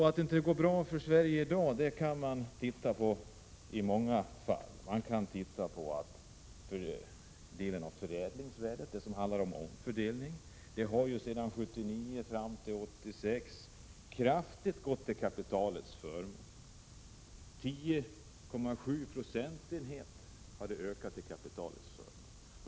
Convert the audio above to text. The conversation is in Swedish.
Att det inte går bra för Sverige i dag kan man se på många områden. Man kan tat.ex. förädlingsvärdet och omfördelningen som sedan 1979 fram till 1986 varit till kapitalets förmån och ökat kraftigt, med 10,7 procentenheter.